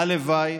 הלוואי